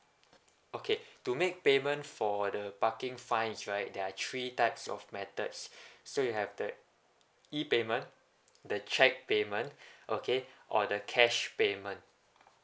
okay to make payment for the parking fines right there are three types of methods so you have the e payment the cheque payment okay or the cash payment